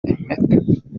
impeta